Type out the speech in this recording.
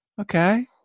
okay